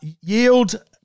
yield